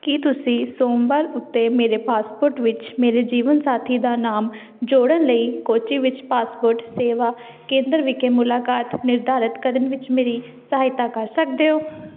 ਕੀ ਤੁਸੀਂ ਸੋਮਵਾਰ ਉੱਤੇ ਮੇਰੇ ਪਾਸਪੋਰਟ ਵਿੱਚ ਮੇਰੇ ਜੀਵਨ ਸਾਥੀ ਦਾ ਨਾਮ ਜੋੜਨ ਲਈ ਕੋਚੀ ਵਿੱਚ ਪਾਸਪੋਰਟ ਸੇਵਾ ਕੇਂਦਰ ਵਿਖੇ ਮੁਲਾਕਾਤ ਨਿਰਧਾਰਤ ਕਰਨ ਵਿੱਚ ਮੇਰੀ ਸਹਾਇਤਾ ਕਰ ਸਕਦੇ ਹੋ